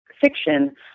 fiction